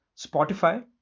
Spotify